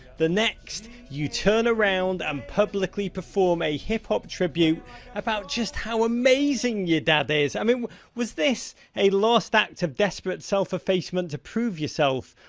the next, you turn around and publicly perform a hip-hop tribute about just how amazing your dad is. i mean was this a last act of desperate self-defacement to prove yourself?